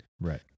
Right